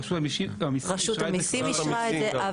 רשות המיסים אישרה את זה.